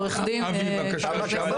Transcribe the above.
עורך דין בן גביר.